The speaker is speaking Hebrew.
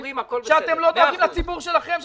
שאתם לא דואגים לציבור שלכם,